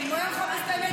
הוא מחפש לפלג, אתה לא מבין.